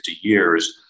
years